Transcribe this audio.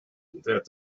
that